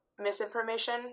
misinformation